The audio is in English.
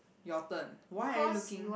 your turn why are you looking